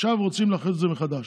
עכשיו רוצים להכריז את זה מחדש.